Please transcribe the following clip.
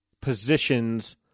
positions